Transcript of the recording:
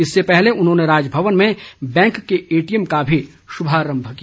इससे पहले उन्होंने राजभवन में बैंक के एटीएम का भी शुभारम्भ किया